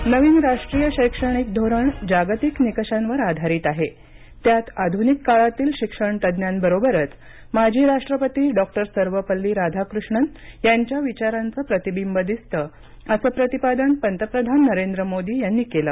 मोदी नवीन राष्ट्रीय शैक्षणिक धोरण जागतिक निकषांवर आधारित आहे त्यात आधुनिक काळातील शिक्षण तज्ञाबरोबरच माजी राष्ट्रपती डॉ सर्वपल्ली राधाकृष्णन यांच्या विचारांचं प्रतिबिंब दिसतं असं प्रतिपादन पंतप्रधान नरेंद्र मोदी यांनी केलं